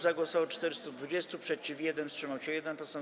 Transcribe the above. Za głosowało 420, przeciw - 1, wstrzymał się 1 poseł.